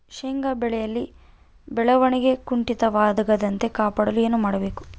ಶೇಂಗಾ ಬೆಳೆಯಲ್ಲಿ ಬೆಳವಣಿಗೆ ಕುಂಠಿತವಾಗದಂತೆ ಕಾಪಾಡಲು ಏನು ಮಾಡಬೇಕು?